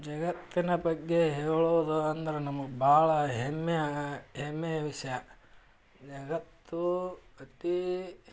ಜಗತ್ತಿನ ಬಗ್ಗೆ ಹೇಳೋದು ಅಂದ್ರೆ ನಮ್ಗೆ ಭಾಳ ಹೆಮ್ಮೆ ಹೆಮ್ಮೆಯ ವಿಷಯ ಜಗತ್ತು ಅತಿ